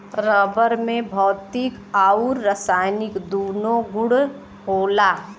rubber में भौतिक आउर रासायनिक दून्नो गुण होला